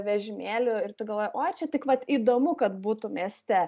vežimėlių ir tu galvoji oi čia tik vat įdomu kad būtų mieste